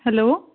hello